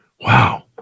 Wow